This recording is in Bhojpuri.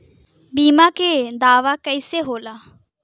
बीमा के दावा कईसे होला?